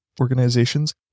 organizations